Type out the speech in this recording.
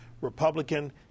Republican